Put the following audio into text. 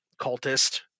cultist